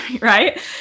right